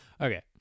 okay